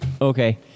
Okay